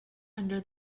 under